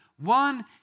One